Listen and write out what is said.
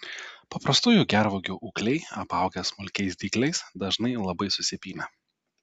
paprastųjų gervuogių ūgliai apaugę smulkiais dygliais dažnai labai susipynę